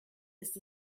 ist